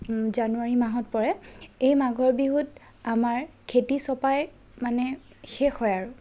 জানুৱাৰী মাহত পৰে এই মাঘৰ বিহুত আমাৰ খেতি চপাই মানে শেষ হয় আৰু